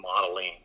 modeling